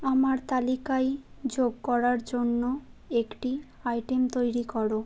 আমার তালিকায় যোগ করার জন্য একটি আইটেম তৈরি করো